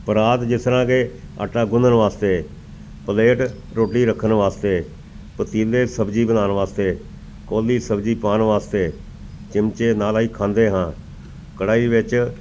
ਪਰਾਤ ਜਿਸ ਤਰ੍ਹਾਂ ਕਿ ਆਟਾ ਗੁੰਨਣ ਵਾਸਤੇ ਪਲੇਟ ਰੋਟੀ ਰੱਖਣ ਵਾਸਤੇ ਪਤੀਲੇ ਸਬਜ਼ੀ ਬਣਾਉਣ ਵਾਸਤੇ ਕੌਲੀ ਸਬਜ਼ੀ ਪਾਉਣ ਵਾਸਤੇ ਚਮਚੇ ਨਾਲ ਅਸੀਂ ਖਾਂਦੇ ਹਾਂ ਕੜਾਹੀ ਵਿੱਚ